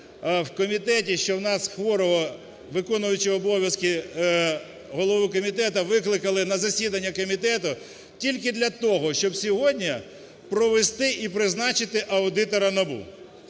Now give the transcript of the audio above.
в комітеті, що у нас хворого виконуючого обов'язки голову комітету викликали на засідання комітету тільки для того, щоб сьогодні провести і призначити аудитора НАБУ.